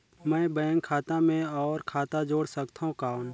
मैं बैंक खाता मे और खाता जोड़ सकथव कौन?